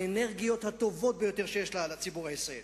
באנרגיות הטובות ביותר שיש לציבור הישראלי.